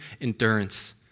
endurance